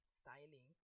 styling